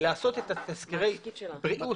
לעשות את תסקירי הבריאות.